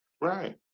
Right